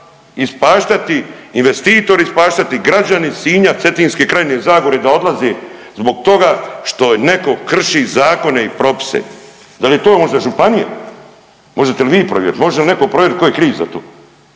ispaštati, investitor ispaštati, građani Sinja, Cetinske krajine, Zagore da odlaze zbog toga što neko krši zakone i propise. Dal je to možda županija? Možete li vi provjerit? Može li neko provjerit ko je kriv za to